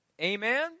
Amen